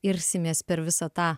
irsimės per visą tą